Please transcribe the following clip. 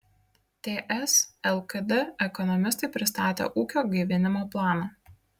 ts lkd ekonomistai pristatė ūkio gaivinimo planą